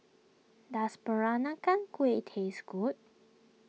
does Peranakan Kueh taste good